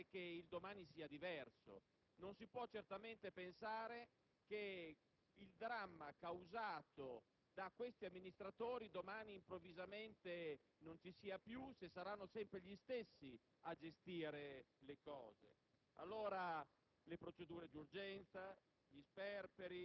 nome della solidarietà, possa al contempo sperare che il domani sia diverso. Non si può certamente pensare che il dramma causato da questi amministratori domani improvvisamente non ci sia più, se saranno sempre gli stessi a gestire la